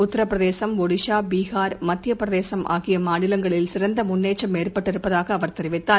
உத்தர பிரதேசம் ஒடிசா பிகார் மத்திய பிரதேசம் ஆகிய மாநிலங்களில் சிறந்த முன்னேற்றம் ஏற்பட்டிருப்பதாக அவர் தெரிவித்தார்